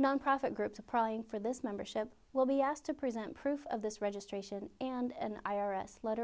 nonprofit groups of prying for this membership will be asked to present proof of this registration and i r s letter